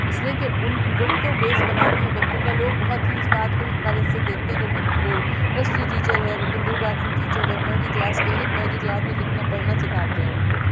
اِس لیے کہ اُن وہی تو بیس بناتی ہیں بچوں کا لوگ بہت ہی اِس بات کو حقارت سے دیکھتے ہیں کہ بھائی وہ نرسری ٹیچر ہے وہ کنڈر گارڈن ٹیچر ہے پہلی کلاس کی ہے ارے پہلی کلاس میں لکھنا پڑھنا سکھاتے ہیں اُن کو